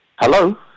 Hello